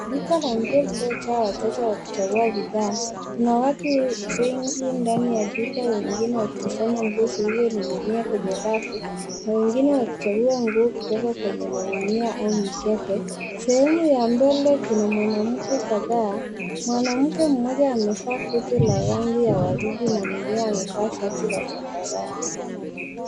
Duka la nguo lililojaa wateja wakichagua bidhaa kuna watu wengi ndani ya duka wengine wakitazama nguo zilizoninginia kwenye rafu na wengine wakichagua nguo kutoka kwenye magunia au mikebe sehemu ya mbele kuna mwanamke kadhaa mwanamke mmoja amevaa koti la rangi ya waridi na mwingine amevaa shati la zambarau.